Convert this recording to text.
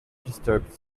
disturbed